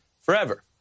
forever